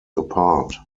apart